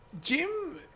Jim